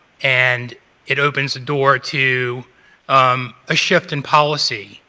and it opens the door to um a shift in policy.